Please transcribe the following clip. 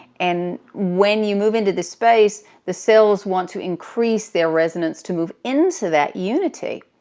and when you move into this space the cells want to increase their resonance, to move into that unity.